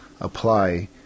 apply